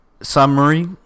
summary